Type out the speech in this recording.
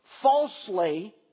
falsely